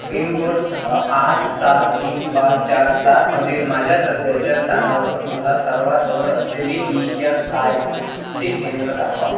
pin code सआ आठ सात तीन पाच चार सात मधील माझ्या सध्याच्या स्थानावरून मला सर्वात जवळ असलेली ई एस आय सी केंद्रे दाखवा